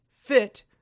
fit